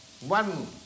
one